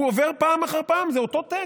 הוא עובר פעם אחר פעם, זה אותו טקסט,